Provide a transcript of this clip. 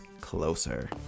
closer